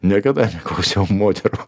niekada neklausiau moterų